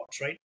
right